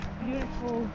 beautiful